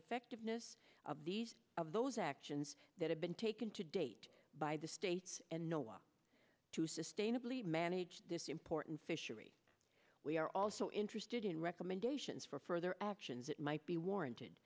effectiveness of these of those actions that have been taken to date by the states and no one to sustainably manage this important fishery we are also interested in recommendations for further actions that might be warranted